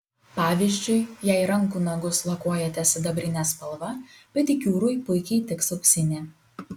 pavyzdžiui jei rankų nagus lakuojate sidabrine spalva pedikiūrui puikiai tiks auksinė